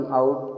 out